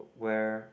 where